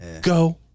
go